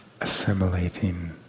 Assimilating